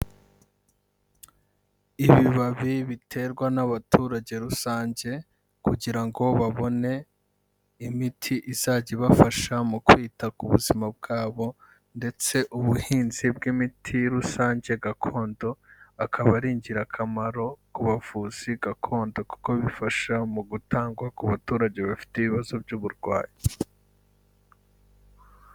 Ibibabi biterwa n'abaturage rusange kugira ngo babone imiti izajya ibafasha mu kwita ku buzima bwabo ndetse ubuhinzi bw'imiti rusange gakondo, akaba ari ingirakamaro ku buvuzi gakondo kuko bifasha mu gutangwa ku baturage bafite ibibazo by'uburwayi.